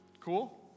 Cool